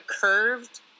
curved